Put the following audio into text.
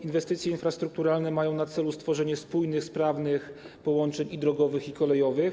Inwestycje infrastrukturalne mają na celu stworzenie spójnych, sprawnych połączeń drogowych i kolejowych.